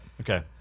Okay